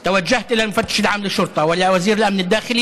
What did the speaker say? לכן פניתי אל מפכ"ל המשטרה ואל השר לביטחון פנים,